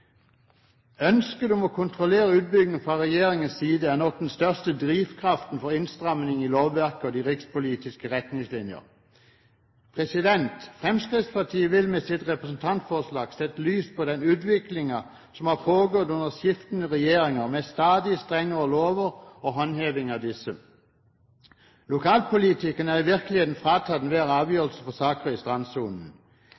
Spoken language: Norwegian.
Ønsket fra regjeringens side om å kontrollere utbyggingen er nok den største drivkraften for innstrammingen i lovverket og de rikspolitiske retningslinjer. Fremskrittspartiet vil med sitt representantforslag sette lys på den utviklingen som har pågått under skiftende regjeringer, med stadig strengere lover og håndheving av disse. Lokalpolitikerne er i virkeligheten fratatt